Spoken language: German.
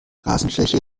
rasenfläche